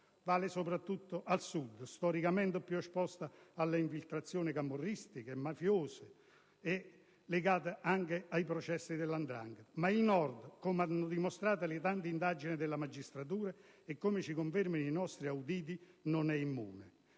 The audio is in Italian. Vale soprattutto al Sud, storicamente più esposto alle infiltrazioni camorristiche, mafiose, legate anche ai processi della 'ndrangheta, ma il Nord, come hanno dimostrato le tante indagini della magistratura e come ci confermano i nostri auditi, non ne è immune.